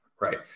right